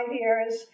years